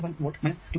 1 volt 2